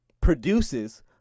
produces